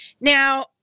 Now